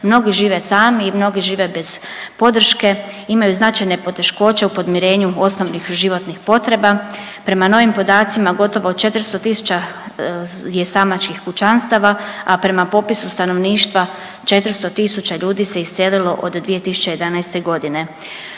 mnogi žive sami i mnogi žive bez podrške, imaju značajne poteškoće u podmirenju osnovnih životnih potreba. Prema novim podacima gotovo 400.000 je samačkih kućanstava, a prema popisu stanovništva 400.000 ljudi se iselilo od 2011.g..